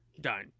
done